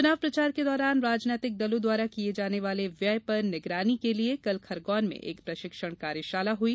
चुनाव प्रचार के दौरान राजनीतिक दलों द्वारा किये जाने वाले व्यय पर निगरानी के लिए कल खरगौन में एक प्रशिक्षण कार्यशाला हुई